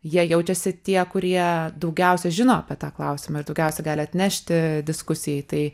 jie jaučiasi tie kurie daugiausia žino apie tą klausimą ir daugiausiai gali atnešti diskusijai tai